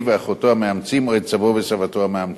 ואחותו המאמצים או את סבו וסבתו המאמצים.